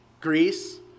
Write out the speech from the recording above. Greece